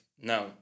now